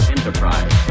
Enterprise